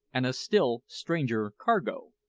and a still stranger cargo